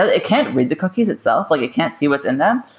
ah it can't read the cookies itself. like it can't see what's in them.